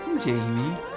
Jamie